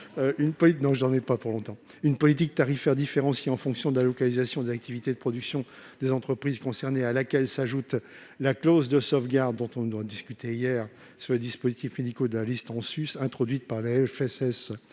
Une politique tarifaire différenciée en fonction de la localisation des activités de production des entreprises concernées, à laquelle s'ajoute la clause de sauvegarde sur les dispositifs médicaux de la liste en sus, introduite par la loi